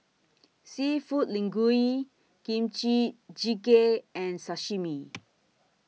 Seafood Linguine Kimchi Jjigae and Sashimi